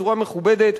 בצורה מכובדת,